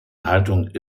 haltung